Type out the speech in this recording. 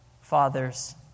fathers